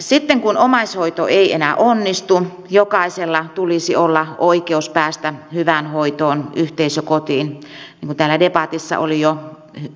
sitten kun omaishoito ei enää onnistu jokaisella tulisi olla oikeus päästä hyvään hoitoon yhteisökotiin niin kuin täällä debatissa oli jo puhettakin